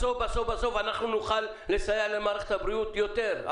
בסוף בסוף אנחנו נוכל לסייע למערכת הבריאות יותר.